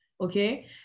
Okay